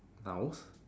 mouse